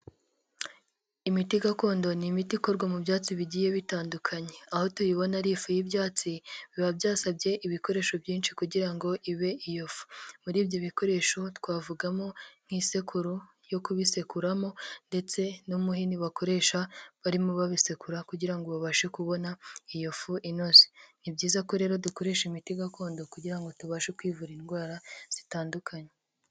Imiti gakondo, ni imiti ikorwa mu byatsi bigiye bitandukanye, aho tuyibona ari ifu y'ibyatsi biba byasabye ibikoresho byinshi kugira ngo ibe iyo fu, muri ibyo bikoresho twavugamo nk'isekuru yo kubisekuramo ndetse n'umuhini bakoresha barimo babisekura kugira ngo babashe kubona iyo fu inoze, ni byiza ko rero dukoresha imiti gakondo kugira ngo tubashe kwivura indwara zitandukanye.